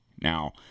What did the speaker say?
now